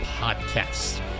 Podcast